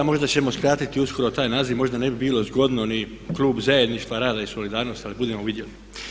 Možda ćemo skratiti uskoro taj naziv, možda ne bi bilo zgodno ni klub zajedništva, rada i solidarnosti ali budemo vidjeli.